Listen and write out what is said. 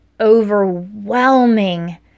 overwhelming